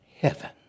heaven